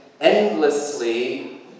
endlessly